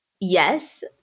Yes